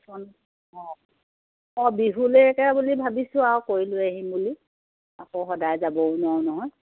অঁ অঁ বিহুলকে এতিয়া বুলি ভাবিছোঁ আৰু কৰি লৈ আহিম বুলি আকৌ সদায় যাবও নোৱাৰোঁ নহয়